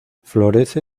florece